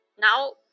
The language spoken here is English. Now